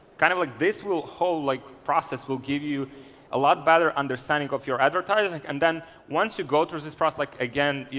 kind of like this will whole like process will give you a lot better understanding of your advertising, and then once you go through this process like again,